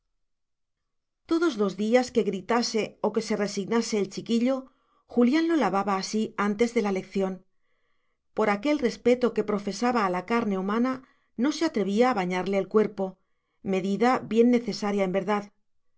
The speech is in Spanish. todos los días que gritase o que se resignase el chiquillo julián lo lavaba así antes de la lección por aquel respeto que profesaba a la carne humana no se atrevía a bañarle el cuerpo medida bien necesaria en verdad